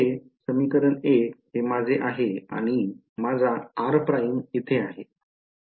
हे समीकरण 1 हे माझे आहे आणि माझा r prime येथे आहे